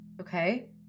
okay